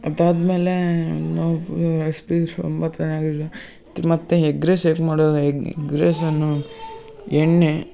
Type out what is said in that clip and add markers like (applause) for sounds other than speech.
ಅದಾದ ಮೇಲೆ (unintelligible) ಮತ್ತು ಎಗ್ ರೈಸ್ ಹೇಗೆ ಮಾಡೋದು ಎಗ್ ಎಗ್ ರೈಸನ್ನು ಎಣ್ಣೆ